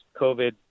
COVID